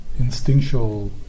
instinctual